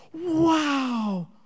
wow